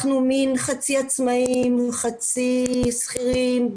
אנחנו מן חצי עצמאיים, חצי שכירים.